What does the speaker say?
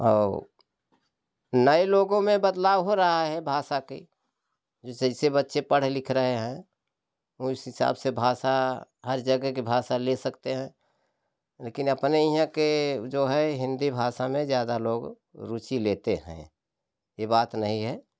और नए लोगों में बदलाव हो रहा है भाषा के जैसे जैसे बच्चे पढ़ लिख रहे है उस हिसाब से भाषा हर जगह के भाषा ले सकते हैं लेकिन अपने यहाँ के जो है हिंदी भाषा में ज़्यादा लोग रूचि लेते हैं या बात नहीं है